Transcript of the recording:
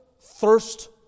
thirst